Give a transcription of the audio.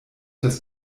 das